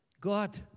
God